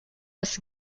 was